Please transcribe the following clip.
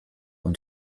und